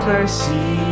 Mercy